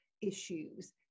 issues